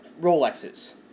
Rolexes